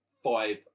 Five